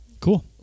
Cool